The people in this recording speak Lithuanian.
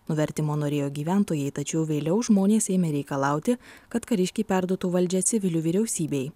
nuvertimo norėjo gyventojai tačiau vėliau žmonės ėmė reikalauti kad kariškiai perduotų valdžią civilių vyriausybei